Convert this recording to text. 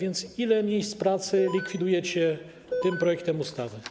Ile miejsc pracy likwidujecie tym projektem ustawy?